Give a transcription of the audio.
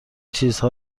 چیزها